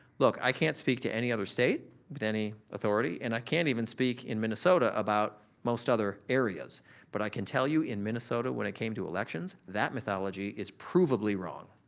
look, i can't speak to any other state with any authority and i can't even speak in minnesota about most other areas but i can tell you in minnesota when it came to elections, that mythology is provably wrong,